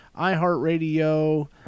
iHeartRadio